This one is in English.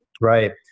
Right